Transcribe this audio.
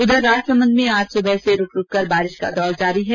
उधर राजसमंद में आज सुबह से रुक रुक कर बारिश का दौर जारी है